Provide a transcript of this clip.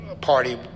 party